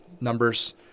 numbers